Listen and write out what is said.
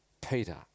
Peter